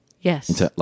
Yes